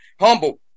humble